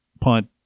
punt